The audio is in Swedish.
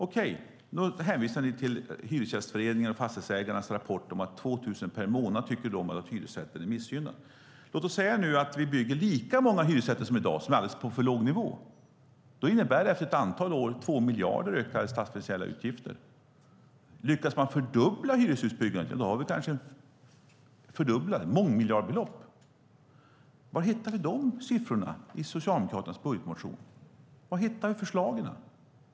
Okej, ni hänvisar till Hyresgästföreningens och Fastighetsägarnas rapport om att de tycker att hyresrätten är missgynnad med 2 000 per månad. Låt oss säga att vi bygger lika många hyresrätter som i dag, som ändå är på en alldeles låg nivå. Det innebär 2 miljarder i ökade statsfinansiella utgifter efter ett antal år. Lyckas man fördubbla hyreshusbyggandet är det kanske uppe i mångmiljardbelopp. Var hittar vi de siffrorna i Socialdemokraternas budgetmotion? Var hittar vi förslagen?